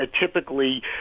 typically